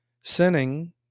sinning